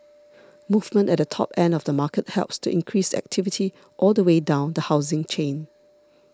movement at the top end of the market helps to increase activity all the way down the housing chain